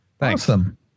Awesome